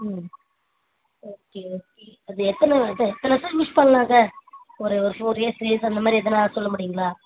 ம் okay okay அது எத்தனை வரு இது எத்தனை வருடம் யூஸ் பண்ணலாங்க ஒரு ஒரு ஃபோர் இயர்ஸ் த்ரீ இயர்ஸ் அந்தமாதிரி எதுனா சொல்ல முடியுங்களா